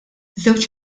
żewġ